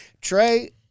Trey